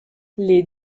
les